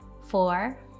four